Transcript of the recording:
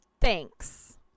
Thanks